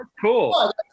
cool